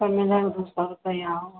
सब मिलाकर दो सौ रुपया हुआ